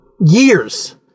years